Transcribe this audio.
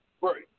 Right